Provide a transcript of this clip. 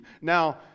Now